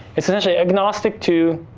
it's initially agnostic to